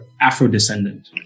Afro-descendant